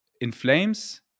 inflames